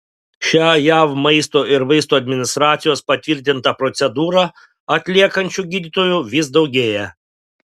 šią jav maisto ir vaistų administracijos patvirtintą procedūrą atliekančių gydytojų vis daugėja